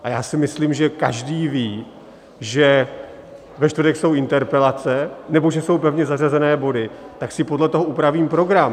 A já si myslím, že každý ví, že ve čtvrtek jsou interpelace nebo že jsou pevně zařazené body, tak si podle toho upravím program.